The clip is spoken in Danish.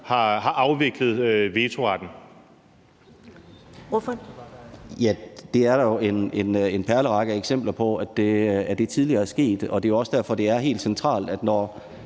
14:40 Peder Hvelplund (EL): Ja, der er jo en perlerække af eksempler på, at det tidligere er sket, og det er også derfor, det er helt centralt, at vi,